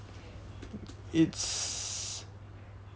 it's